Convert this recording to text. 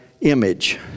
image